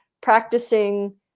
practicing